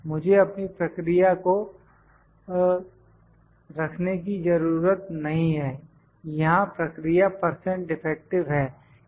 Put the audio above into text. मुझे अपनी प्रक्रिया को रखने की जरूरत नहीं है यहां प्रक्रिया परसेंट डिफेक्टिव है